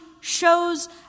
shows